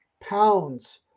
pounds